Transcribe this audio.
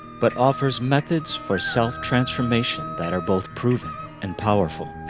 but offers methods for self-transformation that are both proven and powerful.